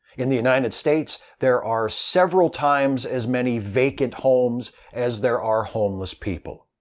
in the united states, there are several times as many vacant homes as there are homeless people.